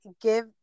give